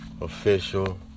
official